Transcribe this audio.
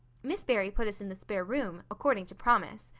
miss barry put us in the spare room, according to promise.